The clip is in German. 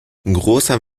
grosser